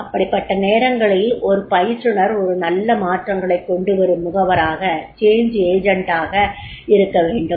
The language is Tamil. அப்படிப்பட்ட நேரங்களில் ஒரு பயிற்றுனர் ஒரு நல்ல மாற்றங்களைக் கொண்டுவரும் முகவராக இருக்க வேண்டும்